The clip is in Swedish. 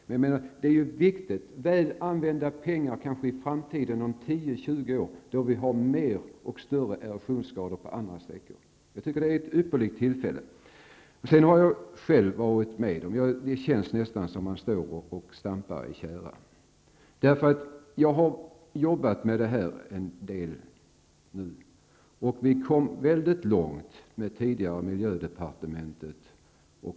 Men det här är viktigt, och det blir väl använda pengar med tanke på framtiden. Jag tänker då på förhållandena tio eller tjugo år framåt i tiden, då erosionsskadorna kanske är fler och större på andra sträckor. Jag tycker att vi nu har ett ypperligt tillfälle att göra något. Jag har en känsla av att vi står och stampar i tjära. Jag har deltagit en del i sådant här arbete under en tid. Vi som har jobbat med dessa saker kom väldigt långt i diskussionerna med det tidigare miljödepartementet.